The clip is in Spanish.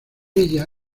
ella